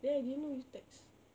then I didn't know you text